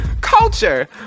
culture